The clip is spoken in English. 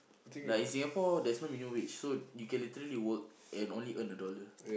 like in Singapore there's no minimum wage so you can literally work and only earn a dollar